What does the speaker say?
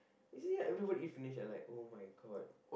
is it like everybody eat finish and like [oh]-my-god